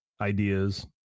ideas